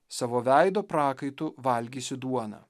savo veido prakaitu valgysi duoną